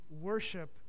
worship